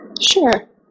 Sure